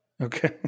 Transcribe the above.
Okay